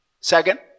Second